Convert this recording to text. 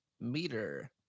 Meter